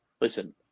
listen